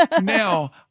Now